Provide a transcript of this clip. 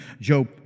Job